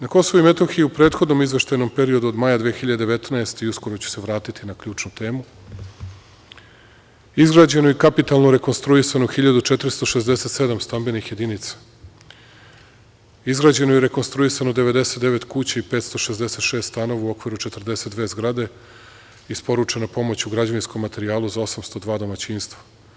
Na Kosovu i Metohiji u prethodnom izveštajnom periodu od maja 2019. godine, i uskoro ću se vratiti na ključnu temu, izgrađeno je i kapitalno rekonstruisano 1.467 stambenih jedinica, izgrađeno i rekonstruisano 99 kuća i 566 stanova u okviru 42 zgrade i isporučena pomoć u građevinskom materijalu za 802 domaćinstva.